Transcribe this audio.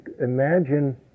imagine